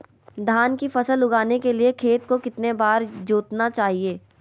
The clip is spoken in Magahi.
धान की फसल उगाने के लिए खेत को कितने बार जोतना चाइए?